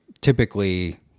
typically